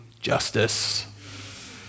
justice